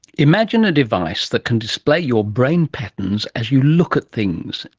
imagine a device that can display your brain patterns as you look at things,